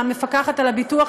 המפקחת על הביטוח,